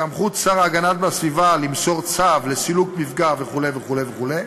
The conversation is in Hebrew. סמכות השר להגנת הסביבה למסור צו לסילוק מפגע וכו' וכו' וכו'.